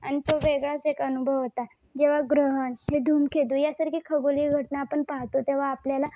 आणि तो वेगळाच एक अनुभव होता जेव्हा ग्रहण हे धूमकेतू यासारखी खगोलीय घटना आपण पाहतो तेव्हा आपल्याला